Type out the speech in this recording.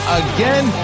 again